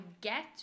get